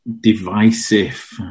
divisive